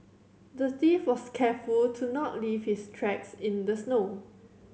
the thief was careful to not leave his tracks in the snow